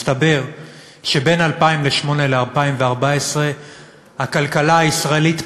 מסתבר שבין 2008 ל-2014 הכלכלה הישראלית פרחה: